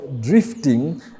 drifting